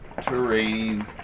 Terrain